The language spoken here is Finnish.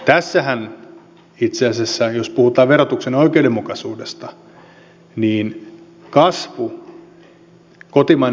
tässähän itse asiassa jos puhutaan verotuksen oikeudenmukaisuudesta kasvu kotimainen kysyntä ja oikeudenmukaisuus lyövät kättä